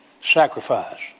Sacrifice